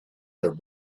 their